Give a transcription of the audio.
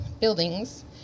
buildings